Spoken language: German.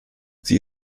sie